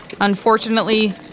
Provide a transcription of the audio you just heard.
Unfortunately